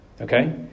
Okay